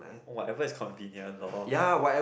whatever is convenient loh